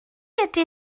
ydy